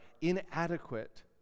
inadequate